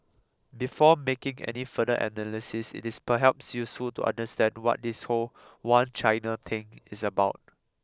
before making any further analysis it is perhaps useful to understand what this whole one China thing is about